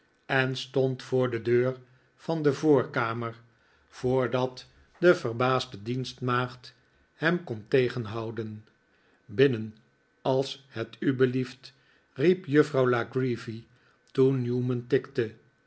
eh stond voor de deur van de voorkamer voordat de verbaasde dienstmaagd hem kon tegenhouden binnen als het u belieft riep juffrouw la creevy toen newman tikte